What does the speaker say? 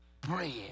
bread